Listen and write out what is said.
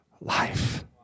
life